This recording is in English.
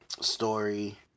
story